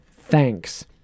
Thanks